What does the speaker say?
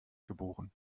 geboren